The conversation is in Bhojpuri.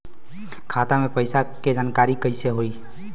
खाता मे पैसा के जानकारी कइसे होई?